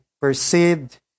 perceived